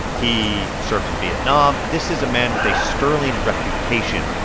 he served in vietnam. this is a man with a sterling reputation.